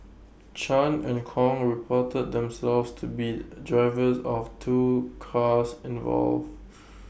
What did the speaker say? chan and Kong reported themselves to be drivers of two cars involved